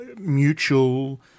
mutual